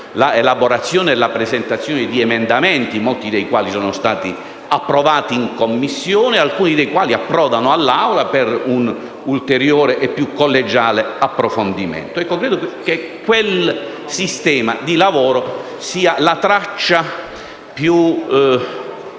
l'elaborazione e la presentazione di emendamenti, molti dei quali sono stati approvati in Commissione e alcuni dei quali approdano all'Assemblea per un ulteriore e più collegiale approfondimento. Ebbene, credo che quel sistema di lavoro sia la traccia più